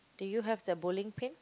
do you have the bowling pin